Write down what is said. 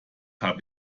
habe